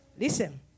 Listen